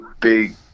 big